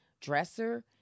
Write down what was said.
dresser